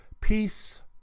peace